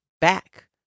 back